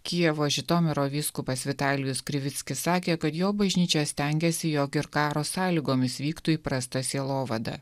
kijevo žitomiro vyskupas vitalijus krivickis sakė kad jo bažnyčia stengiasi jog ir karo sąlygomis vyktų įprasta sielovada